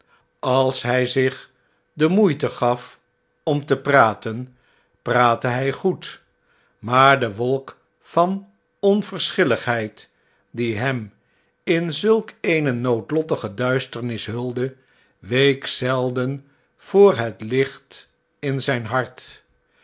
als hjj zich de moeite gaf om te praten praatte hjj goed maar de wolk van onverschilligheid die hem in zulk eene noodlottige duisternis hulde week zelden voor het licht in zijn hart